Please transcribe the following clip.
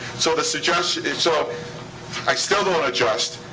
so the suggestion. so i still don't adjust,